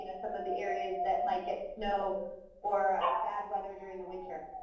you know some of the areas that might get snow or bad weather during the winter.